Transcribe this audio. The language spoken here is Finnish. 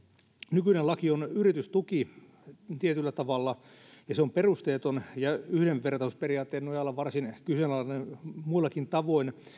nykyinen laki on tietyllä tavalla yritystuki ja se on perusteeton ja yhdenvertaisuusperiaatteen nojalla varsin kyseenalainen muillakin tavoin